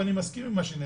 ואני מסכים עם מה שנאמר